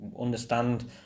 understand